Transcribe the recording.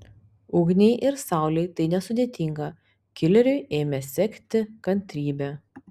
ugniai ir saulei tai nesudėtinga kileriui ėmė sekti kantrybė